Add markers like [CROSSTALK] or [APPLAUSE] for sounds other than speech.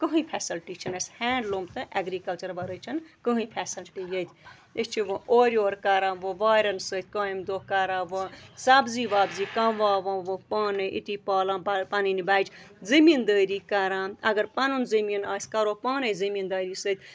کٕہۭنۍ فٮ۪سَلٹی چھِنہٕ اَسہِ ہینٛڈلوٗم تہٕ اٮ۪گرِکَلچَر وَرٲے چھِنہٕ کٕہۭنۍ فٮ۪سلٹی ییٚتہِ أسۍ چھِ وۄنۍ اورٕ یورٕ کَران وۄنۍ وارٮ۪ن سۭتۍ کامہِ دۄہ کَران وٕۄنۍ سبزی وبزی [UNINTELLIGIBLE] پانَے أتی پالان [UNINTELLIGIBLE] پَنٕنۍ بَچہِ زٔمیٖندٲری کَران اگر پَنُن زٔمیٖن آسہِ کَرو پانَے زٔمیٖندٲری سۭتۍ